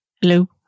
hello